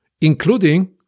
Including